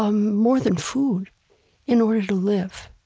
um more than food in order to live.